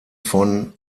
von